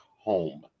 home